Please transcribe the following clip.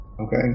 Okay